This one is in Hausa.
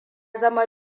zama